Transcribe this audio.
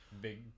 big